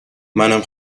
منم